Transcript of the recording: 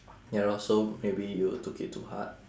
ya lor so maybe you took it too hard